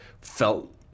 felt